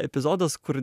epizodas kur